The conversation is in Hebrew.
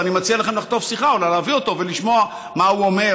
ואני מציע לכם לחטוף שיחה או להביא אותו ולשמוע מה הוא אומר,